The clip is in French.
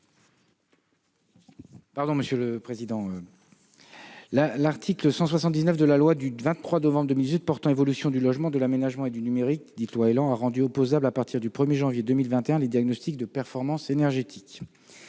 parole est à M. le ministre. L'article 179 de la loi du 23 novembre 2018 portant évolution du logement, de l'aménagement et du numérique, dite « loi ÉLAN », a rendu opposables, à partir du 1 janvier 2021, les diagnostics de performance énergétique.